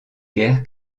guerre